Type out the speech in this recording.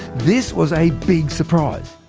this was a big surprise.